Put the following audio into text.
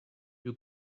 you